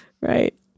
Right